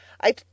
I